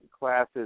classes